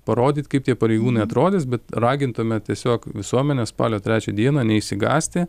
parodyt kaip tie pareigūnai atrodys bet ragintume tiesiog visuomenę spalio trečią dieną neišsigąsti